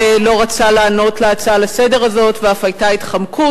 אז יש חלק מסוים שאפילו מוותר על הזכות הזאת ולא הולך להתלונן.